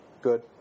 good